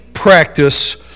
practice